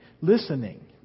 listening